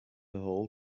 whole